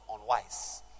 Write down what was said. unwise